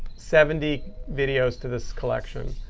seventy videos to this collection,